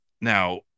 Now